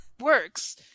works